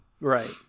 Right